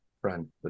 friend